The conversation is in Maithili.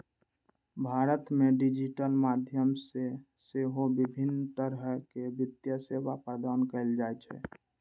भारत मे डिजिटल माध्यम सं सेहो विभिन्न तरहक वित्तीय सेवा प्रदान कैल जाइ छै